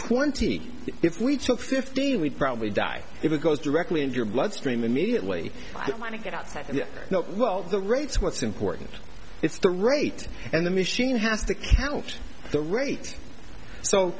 twenty if we took fifteen we'd probably die if it goes directly into your bloodstream immediately i don't want to go outside now well the rates what's important it's the rate and the machine has to count the rate so